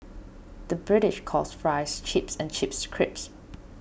the British calls Fries Chips and Chips Crisps